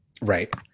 Right